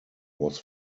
was